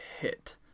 hit